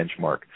benchmark